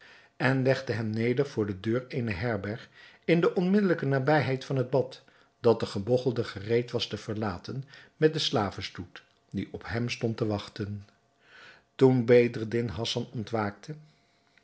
en legde hem neder voor de deur van eene herberg in de onmiddelijke nabijheid van het bad dat de gebogchelde gereed was te verlaten met den slavenstoet die op hem stond te wachten toen bedreddin hassan ontwaakte